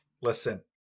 Listen